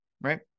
right